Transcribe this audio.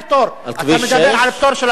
אתה מדבר על פטור של הכנסת?